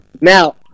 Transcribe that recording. Now